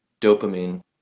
dopamine